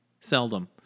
seldom